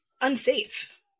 unsafe